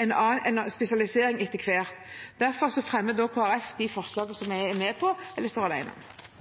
en annen spesialisering etter hvert. Jeg tar opp forslag nr. 1 i sak nr. 4. Representanten Olaug V. Bollestad har tatt opp det forslaget hun refererte til. Arbeiderpartiet mener at et godt utdanningssystem, som